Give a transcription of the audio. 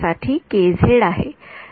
तर तरंगांचे काय होते